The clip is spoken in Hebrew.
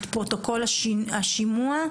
את פרוטוקול השימוע,